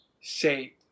say